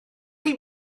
chi